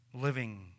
living